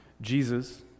Jesus